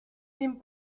dem